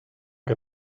que